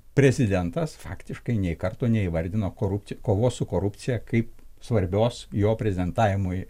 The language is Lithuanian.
prezidentas faktiškai nei karto neįvardino korupci kovos su korupcija kaip svarbios jo prezidentavimui